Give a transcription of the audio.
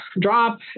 drop